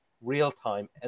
real-time